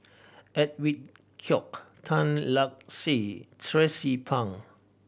Edwin Koek Tan Lark Sye Tracie Pang